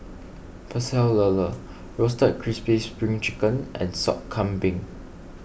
Pecel Lele Roasted Crispy Spring Chicken and Sop Kambing